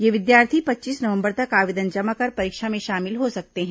ये विद्यार्थी पच्चीस नवंबर तक आवेदन जमा कर परीक्षा में शामिल हो सकते हैं